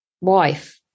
wife